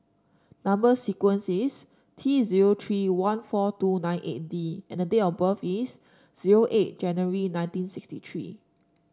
number sequence is T zero three one four two nine eight D and the date of birth is zero eight January nineteen sixty three